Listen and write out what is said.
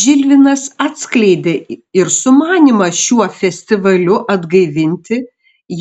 žilvinas atskleidė ir sumanymą šiuo festivaliu atgaivinti